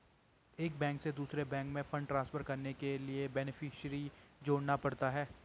एक बैंक से दूसरे बैंक में फण्ड ट्रांसफर करने के लिए बेनेफिसियरी जोड़ना पड़ता है